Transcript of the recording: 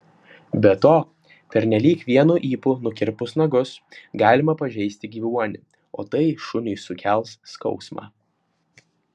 be to pernelyg vienu ypu nukirpus nagus galima pažeisti gyvuonį o tai šuniui sukels skausmą